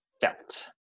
felt